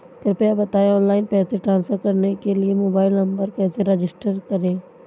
कृपया बताएं ऑनलाइन पैसे ट्रांसफर करने के लिए मोबाइल नंबर कैसे रजिस्टर करें?